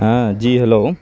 ہاں جی ہیلو